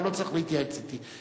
אתה לא צריך להתייעץ אתי.